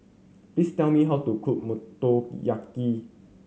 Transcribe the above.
please tell me how to cook Motoyaki